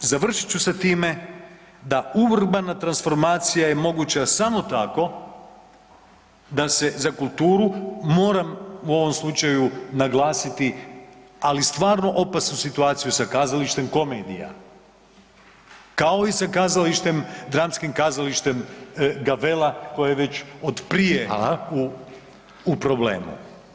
Završit ću sa time da urbana transformacija je moguća samo tako da se za kulturu, moram u ovom slučaju naglasiti, ali stvarno opasnu situaciju sa kazalištem Komedija kao i sa kazalištem, dramskim kazalištem Gavella koje je već od prije u problemu.